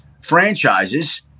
franchises